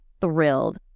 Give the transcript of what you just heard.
thrilled